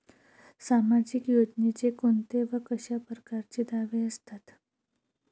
सामाजिक योजनेचे कोंते व कशा परकारचे दावे असतात?